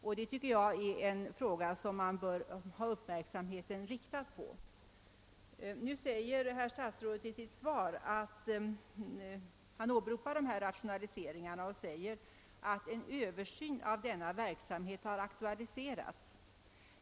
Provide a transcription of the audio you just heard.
Detta tycker jag är något som man bör ha uppmärksamheten riktad på. Herr statsrådet åberopar nu i sitt svar rationaliseringarna inom lotsoch fyrväsendet och säger att en översyn av verksamheten aktualiserats.